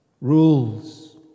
rules